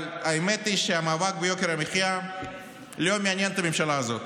אבל האמת היא שהמאבק ביוקר המחיה לא מעניין את הממשלה הזאת,